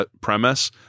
premise